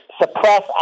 suppress